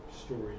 story